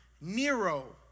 Nero